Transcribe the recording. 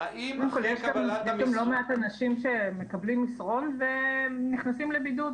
--- יש גם לא מעט אנשים שמקבלים מסרון ונכנסים לבידוד.